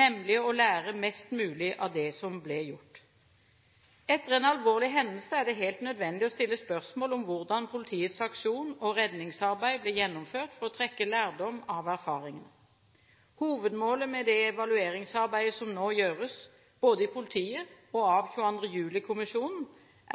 nemlig å lære mest mulig av det som ble gjort. Etter en alvorlig hendelse er det helt nødvendig å stille spørsmål om hvordan politiets aksjon og redningsarbeid ble gjennomført, for å trekke lærdom av erfaringene. Hovedmålet med det evalueringsarbeidet som nå gjøres, både i politiet og av 22. juli-kommisjonen,